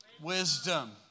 Wisdom